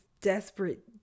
desperate